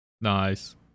Nice